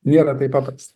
nėra taip paprasta